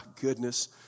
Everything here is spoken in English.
goodness